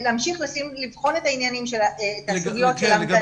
ולהמשיך לבחון את הסוגיות של רשימות ההמתנה הארוכות ל'מסילה' ו'גילעם'.